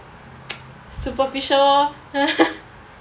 superficial lor